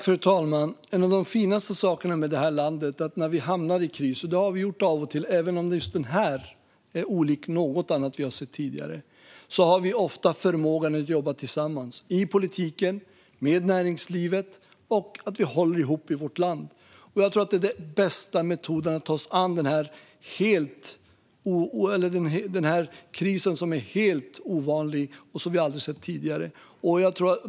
Fru talman! Detta är en av de finaste sakerna med det här landet: När vi hamnar i kris - och det har vi gjort av och till, men just denna är olik dem som vi har sett tidigare - har vi ofta förmågan att jobba tillsammans i politiken och med näringslivet. Vi håller ihop i vårt land. Jag tror att det är den bästa metoden att ta sig an denna kris, som är helt ovanlig och som vi aldrig har sett tidigare.